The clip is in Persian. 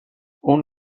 اون